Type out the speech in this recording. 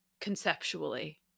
conceptually